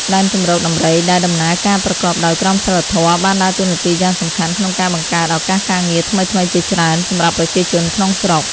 ដែនជម្រកដំរីដែលដំណើរការប្រកបដោយក្រមសីលធម៌ បានដើរតួនាទីយ៉ាងសំខាន់ក្នុងការបង្កើតឱកាសការងារថ្មីៗជាច្រើន សម្រាប់ប្រជាជនក្នុងស្រុក។